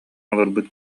олорбут